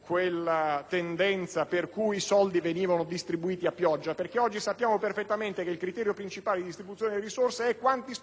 quella tendenza per cui i soldi venivano distribuiti a pioggia, perché oggi sappiamo perfettamente che il criterio principale di distribuzione delle risorse è quello del numero di